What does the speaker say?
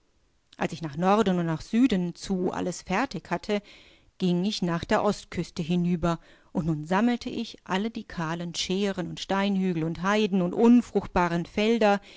als ich nach norden und nach süden zu alles fertig hatte ging ich nach der ostküste hinüber und nun sammelte ich alle die kahlen schären und steinhügel und heiden und unfruchtbaren felder